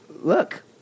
look